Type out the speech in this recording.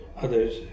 others